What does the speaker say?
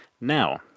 Now